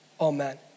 amen